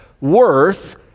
worth